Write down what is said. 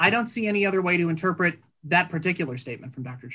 i don't see any other way to interpret that particular statement from d